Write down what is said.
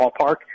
ballpark